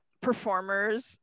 performers